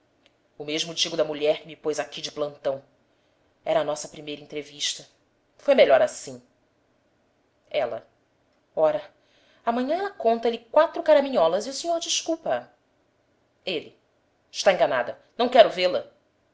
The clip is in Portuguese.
o mesmo digo da mulher que me pôs aqui de plantão era a nossa primeira entrevista foi melhor assim ela ora amanhã ela conta lhe quatro caraminholas e o senhor desculpa a ele está enganada não quero vê-la